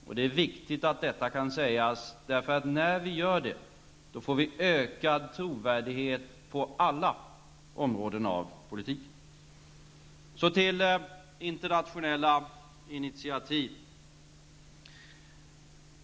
Och det är viktigt att detta kan sägas, därför att när vi gör det får vi ökad trovärdighet på alla områden av politiken. Så till internationella initiativ.